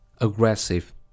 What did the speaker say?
aggressive